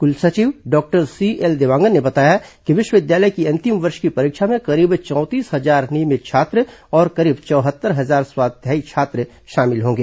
कुलसचिव doctor CL Dewangan ने बताया कि विश्वविद्यालय की अंतिम वर्ष की परीक्षा में करीब चौंतीस हजार नियमित छात्र और करीब चौहत्तर हजार स्वाध्यायी छात्र शामिल होंगे